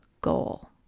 goal